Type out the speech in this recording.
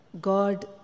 God